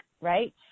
right